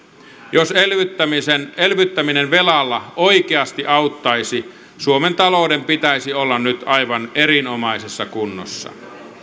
jos elvyttäminen elvyttäminen velalla oikeasti auttaisi suomen talouden pitäisi olla nyt aivan erinomaisessa kunnossa